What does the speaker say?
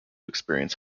experience